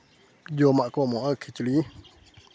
ᱡᱚᱢᱟᱜ ᱠᱚ ᱮᱢᱚᱜᱼᱟ ᱠᱷᱤᱪᱩᱲᱤ